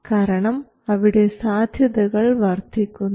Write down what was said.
കാരണം അവിടെ സാധ്യതകൾ വർദ്ധിക്കുന്നു